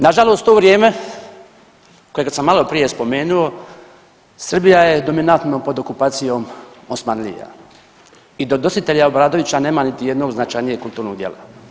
Nažalost to vrijeme kojeg sam maloprije spomenuo, Srbija je dominantno pod okupacijom Osmanlija i do Dositelja Obradovića nema niti jednog značajnijeg kulturnog djela.